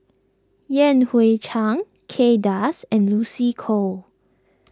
Yan Hui Chang Kay Das and Lucy Koh